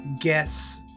guess